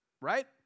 right